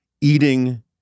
eating